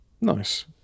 Nice